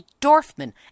Dorfman